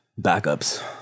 Backups